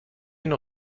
نوع